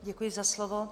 Děkuji za slovo.